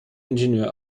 ingenieur